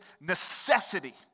necessity